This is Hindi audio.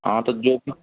हाँ तो